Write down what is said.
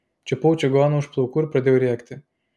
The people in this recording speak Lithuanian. čiupau čigoną už plaukų ir pradėjau rėkti